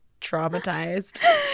traumatized